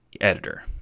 editor